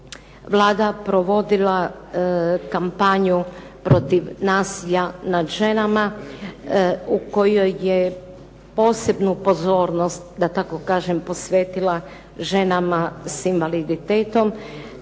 Vlada provodila kampanju protiv nasilja nad ženama u kojoj je posebnu pozornost, da tako kažem, posvetila ženama s invaliditetom.